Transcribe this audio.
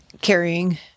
Carrying